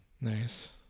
Nice